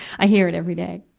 i hear it every day.